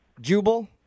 Jubal